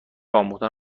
آموختن